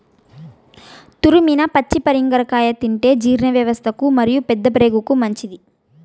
తురిమిన పచ్చి పరింగర కాయ తింటే జీర్ణవ్యవస్థకు మరియు పెద్దప్రేగుకు మంచిది